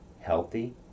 healthy